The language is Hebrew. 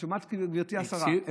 את שומעת, גברתי השרה?